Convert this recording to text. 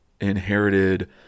inherited